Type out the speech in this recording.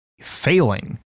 failing